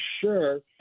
sure